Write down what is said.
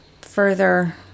further